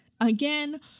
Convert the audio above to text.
again